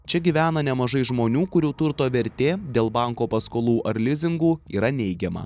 čia gyvena nemažai žmonių kurių turto vertė dėl banko paskolų ar lizingu yra neigiama